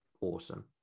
awesome